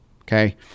Okay